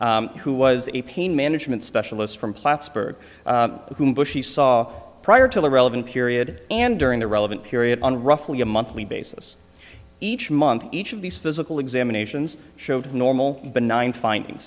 gogu who was a pain management specialist from plattsburgh who bushie saw prior to the relevant period and during the relevant period on roughly a monthly basis each month each of these physical examinations showed normal benign finding